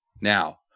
Now